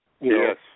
Yes